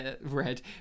Red